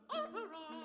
opera